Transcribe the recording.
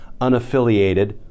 unaffiliated